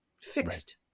Fixed